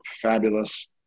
fabulous